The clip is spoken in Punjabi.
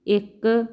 ਇੱਕ